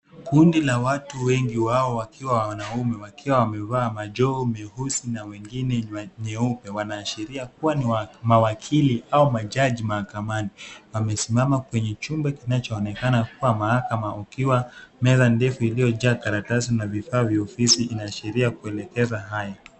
Kundi la watu, wengi wao wakiwa wanaume wakiwa wamevaa majoho meusi na wengine nyeupe, wanaashiria kuwa ni mawakili au majaji mahakamani. Wamesimama kwenye chumba kinachoonekana kuwa mahakama, ukiwa meza ndefu iliyojaa karatasi na vifaa vya ofisi, inaashiria kuelekeza haya.